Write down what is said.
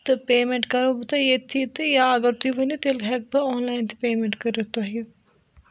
تہٕ پیمٮ۪نٛٹ کرو بہٕ تۄہہِ ییٚتھٕے تہٕ یا اگر تُہۍ ؤنِو تیٚلہِ ہٮ۪کہٕ بہٕ آن لاین تہِ پیمٮ۪نٛٹ کٔرِتھ تۄہہِ